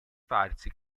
farsi